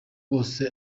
bose